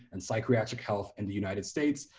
and psychiatric health in the united states,